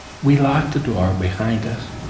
we locked the door behind us,